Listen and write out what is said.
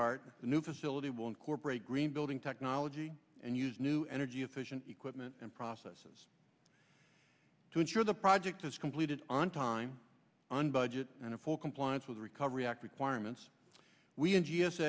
the new facility will incorporate green building technology and use new energy efficient equipment and processes to ensure the project is completed on time on budget and in full compliance with the recovery act requirements we n g s